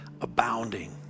abounding